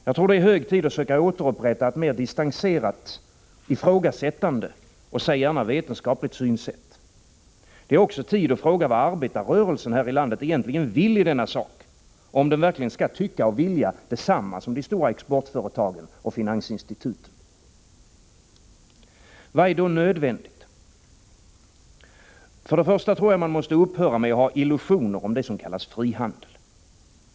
Jag tror det är hög tid att söka återupprätta ett mer distanserat, ifrågasättande och säg gärna vetenskapligt synsätt. Det är också tid att fråga vad arbetarrörelsen här i landet egentligen vill i denna sak, och om den verkligen skall tycka och vilja detsamma som de stora exportföretagen och finansinstituten. Vad är då nödvändigt? Till att börja med måste man upphöra med att ha illusioner om det som kallas frihandel.